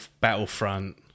Battlefront